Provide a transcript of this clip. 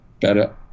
better